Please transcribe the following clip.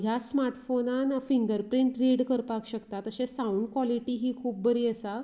ह्या स्मार्ट फोनान finger print read करपाक शकता तशीच साउंड क्वलिटी ही खूब बरी आसा